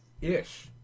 Ish